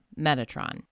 Metatron